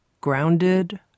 grounded